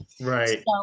Right